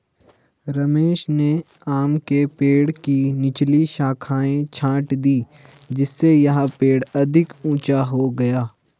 रमेश ने आम के पेड़ की निचली शाखाएं छाँट दीं जिससे यह पेड़ अधिक ऊंचा हो जाएगा